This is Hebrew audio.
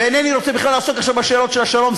ואינני רוצה בכלל לעסוק עכשיו בשאלות של השלום,